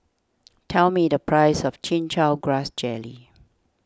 tell me the price of Chin Chow Grass Jelly